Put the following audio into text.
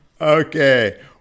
okay